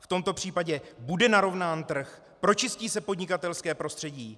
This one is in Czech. V tomto případě bude narovnán trh, pročistí se podnikatelské prostředí?